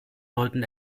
sollten